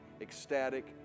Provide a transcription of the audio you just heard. ecstatic